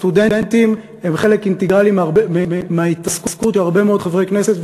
סטודנטים הם חלק אינטגרלי מההתעסקות של הרבה מאוד חברי כנסת,